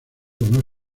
donó